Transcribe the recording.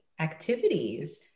activities